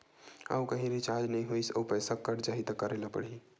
आऊ कहीं रिचार्ज नई होइस आऊ पईसा कत जहीं का करेला पढाही?